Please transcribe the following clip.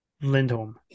Lindholm